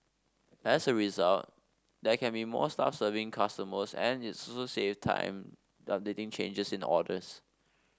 as a result there can be more staff serving customers and it so so save time updating changes in orders